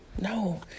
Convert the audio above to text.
no